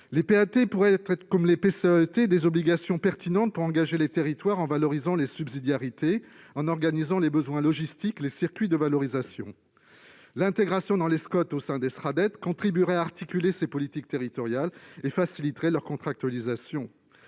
les PAT pourraient être des obligations pertinentes pour engager les territoires en valorisant les subsidiarités, en organisant les besoins logistiques et les circuits de valorisation. L'intégration des PAT dans les SCOT et les Sraddet contribuerait à articuler ces politiques territoriales et faciliterait leur contractualisation.